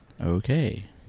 Okay